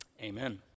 Amen